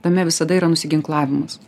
tame visada yra nusiginklavimas